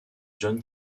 john